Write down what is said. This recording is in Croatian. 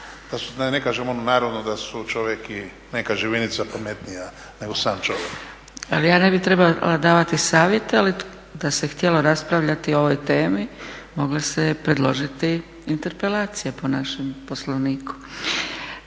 ne kažem onu narodnu da su čovjek i neka živinica pametnija nego sam čovjek. **Zgrebec, Dragica (SDP)** Ali ja ne bih trebala davati savjete, ali da se htjelo raspravljati o ovoj temi mogli ste predložiti interpelacije po našem Poslovniku.